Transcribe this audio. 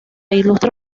ilustre